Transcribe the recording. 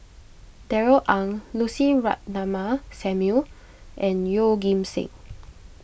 Darrell Ang Lucy Ratnammah Samuel and Yeoh Ghim Seng